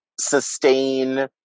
sustain